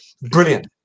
brilliant